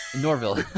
Norville